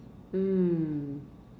mm